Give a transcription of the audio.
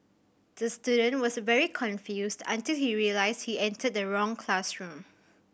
the student was very confused until he realised he entered the wrong classroom